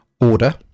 order